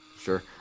sure